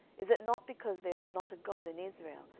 is it not because there is not a god in israel,